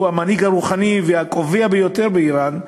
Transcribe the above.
שהוא המנהיג הרוחני והקובע ביותר באיראן,